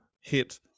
hit